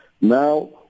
Now